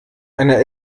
einer